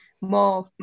more